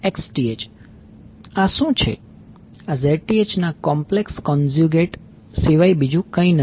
આ Zth ના complex conjugate સિવાય કંઈ નથી